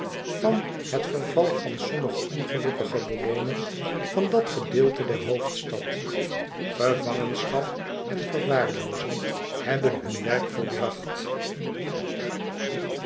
van het verval van sommige ongelukkige bewoners van dat gedeelte der hoofdstad gevangenschap en verwaarlozing hebben hun werk volbracht